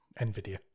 nvidia